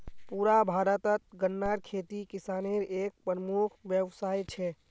पुरा भारतत गन्नार खेती किसानेर एक प्रमुख व्यवसाय छे